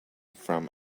from